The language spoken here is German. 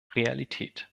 realität